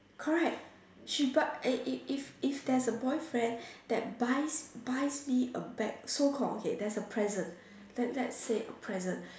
correct she but if if there's a boyfriend that buys buys me a bag so called okay there's a present let let's say a present